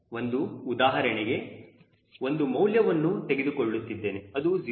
ಒಂದು ಉದಾಹರಣೆಗೆ ಒಂದು ಮೌಲ್ಯವನ್ನು ತೆಗೆದುಕೊಳ್ಳುತ್ತಿದ್ದೇನೆ ಅದು 0